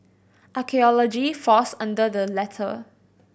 archaeology falls under the latter